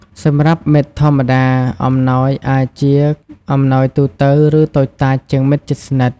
សម្រាប់មិត្តធម្មតា អំណោយអាចជា អំណោយទូទៅ ឬតូចតាចជាងមិត្តជិតស្និទ្ធ។